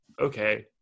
okay